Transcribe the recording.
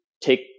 take